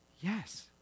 Yes